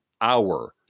hour